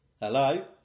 Hello